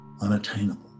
unattainable